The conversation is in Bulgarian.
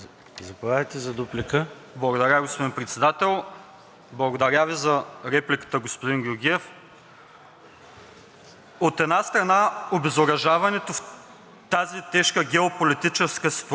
От една страна, обезоръжаването в тази тежка геополитическа ситуация е най-лошото решение от гледна точка на националната ни сигурност, защото преди няколко седмици,